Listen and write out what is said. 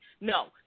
No